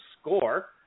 score